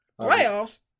Playoffs